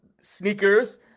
sneakers